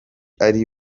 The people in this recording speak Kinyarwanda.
ari